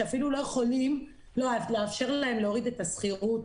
שאפילו לא יכולים לאפשר להם להוריד את השכירות.